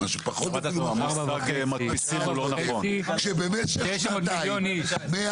4,000. במשך שנתיים,